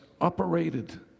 operated